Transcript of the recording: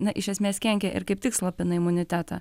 na iš esmės kenkia ir kaip tik slopina imunitetą